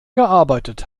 gearbeitet